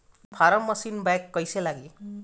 Form machine बैक कईसे लागी?